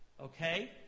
okay